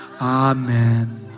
Amen